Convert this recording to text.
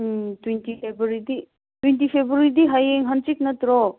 ꯎꯝ twenty ꯐꯦꯕ꯭ꯋꯔꯤꯗꯤ twenty ꯐꯦꯕ꯭ꯋꯔꯤꯗꯤ ꯍꯌꯦꯡ ꯍꯥꯡꯆꯤꯠ ꯅꯠꯇ꯭ꯔꯣ